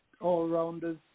all-rounders